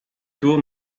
tour